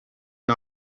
and